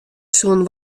soene